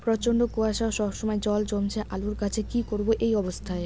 প্রচন্ড কুয়াশা সবসময় জল জমছে আলুর গাছে কি করব এই অবস্থায়?